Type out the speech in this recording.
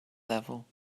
level